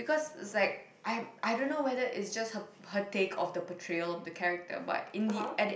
because it's like I I don't know whether it's just her her take of the portrayal of the character but in the at the